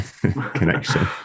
connection